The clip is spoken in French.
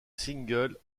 single